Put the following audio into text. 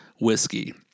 whiskey